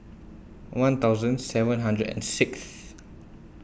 one thousand seven hundred and Sixth